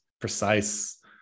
precise